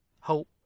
Hope